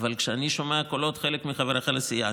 אבל כשאני שומע קולות של חלק מחבריך לסיעה,